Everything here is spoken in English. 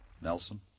Nelson